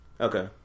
Okay